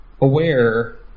aware